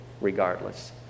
regardless